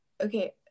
okay